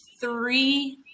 three